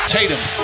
Tatum